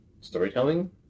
Storytelling